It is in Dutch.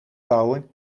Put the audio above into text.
bouwen